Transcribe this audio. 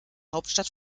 hauptstadt